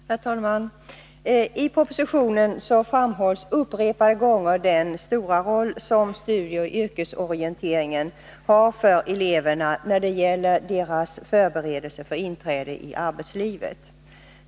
Herr talman! I propositionen framhålls upprepade gånger den stora roll som studieoch yrkesorienteringen har för eleverna när det gäller deras förberedelse för inträdet i arbetslivet.